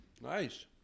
Nice